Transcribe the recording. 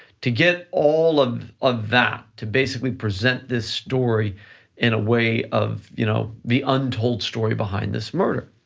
to get all of of that to basically present this story in a way of you know the untold story behind this murder.